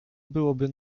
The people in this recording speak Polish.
byłoby